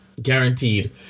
Guaranteed